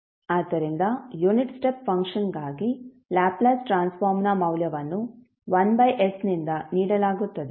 ಆದ್ದರಿಂದ unit step ಫಂಕ್ಷನ್ಗಾಗಿ Laplace ಟ್ರಾನ್ಸ್ಫಾರ್ಮ್ನ ಮೌಲ್ಯವನ್ನು 1sನಿಂದ ನೀಡಲಾಗುತ್ತದೆ